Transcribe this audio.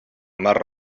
mar